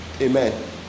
Amen